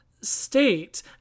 state